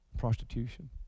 prostitution